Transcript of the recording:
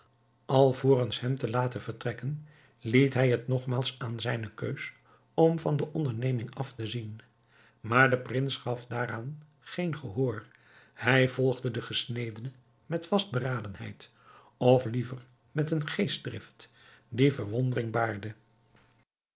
alvorens hem te laten vertrekken liet hij het nogmaals aan zijne keus om van de onderneming af te zien maar de prins gaf daaraan geen gehoor hij volgde den gesnedene met vastberadenheid of liever met een geestdrift die verwondering baarde